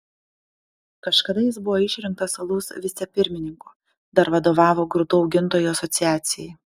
kažkada jis buvo išrinktas lūs vicepirmininku dar vadovavo grūdų augintojų asociacijai